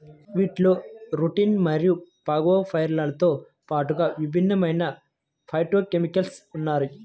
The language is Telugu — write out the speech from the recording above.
బుక్వీట్లో రుటిన్ మరియు ఫాగోపైరిన్లతో పాటుగా విభిన్నమైన ఫైటోకెమికల్స్ ఉన్నాయి